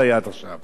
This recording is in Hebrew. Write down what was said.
עכשיו.